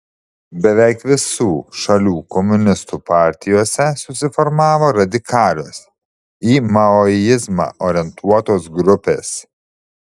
beveik visų šalių komunistų partijose susiformavo radikalios į maoizmą orientuotos grupės